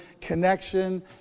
connection